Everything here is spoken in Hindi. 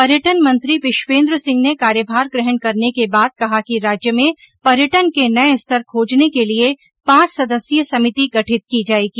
पर्यटन मंत्री विश्वेन्द्र सिंह ने कार्यभार ग्रहण करने के बाद कहा कि राज्य में पर्यटन के नये स्तर खोजने के लिए पांच सदस्यीय समिति गठित की जाएगी